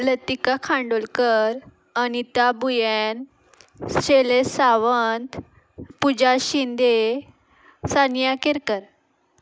लतिका कांदोळकर अनिता भुंयेन सैलेश सावंत पुजा शिंदे सान्या केरकर